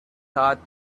thought